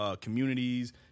communities